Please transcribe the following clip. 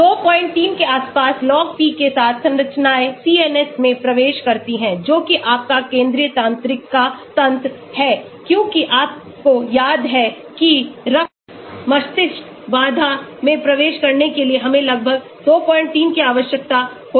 23 के आसपास log p के साथ संरचनाएं CNS में प्रवेश करती हैं जो कि आपका केंद्रीय तंत्रिका तंत्र है क्योंकि आपको याद है कि रक्त मस्तिष्क बाधा में प्रवेश करने के लिए हमें लगभग 23 की आवश्यकता होती है